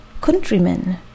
Countrymen